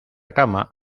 cama